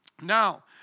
Now